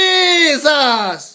Jesus